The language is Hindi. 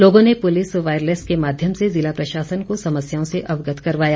लोगों ने पुलिस वायरलेस के माध्यम जिला प्रशासन को समस्याओं से अवगत करवाया